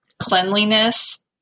cleanliness